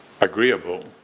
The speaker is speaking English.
agreeable